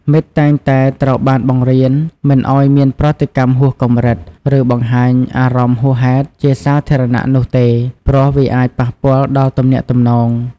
មិត្តតែងតែត្រូវបានបង្រៀនមិនឱ្យមានប្រតិកម្មហួសកម្រិត ឬ បង្ហាញអារម្មណ៍ហួសហេតុជាសាធារណៈនោះទេ ព្រោះវាអាចប៉ះពាល់ដល់ទំនាក់ទំនង។